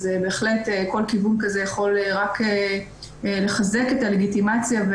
בהחלט כל כיוון כזה יכול רק לחזק את הלגיטימציה,